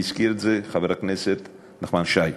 והזכיר את זה חבר הכנסת נחמן שי,